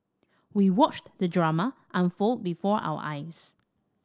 we watched the drama unfold before our eyes